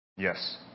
Yes